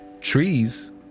Trees